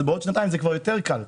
אז בעוד שנתיים יהיה יותר קל.